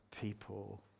people